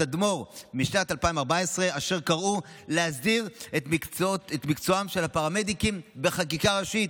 תדמור משנת 2014 אשר קראו להסדיר את מקצועם של הפרמדיקים בחקיקה ראשית,